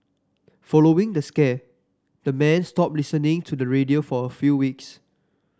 following the scare the men stopped listening to the radio for a few weeks